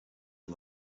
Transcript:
you